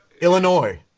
Illinois